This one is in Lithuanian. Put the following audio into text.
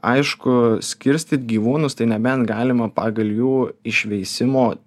aišku skirstyt gyvūnus tai nebent galima pagal jų išveisimo